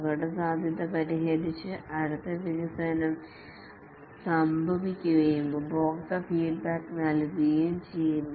അപകടസാധ്യത പരിഹരിച്ച് അടുത്ത വികസനം സംഭവിക്കുകയും ഉപഭോക്തൃ ഫീഡ്ബാക്ക് നൽകുകയും ചെയ്യുന്നു